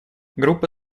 группа